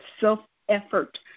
self-effort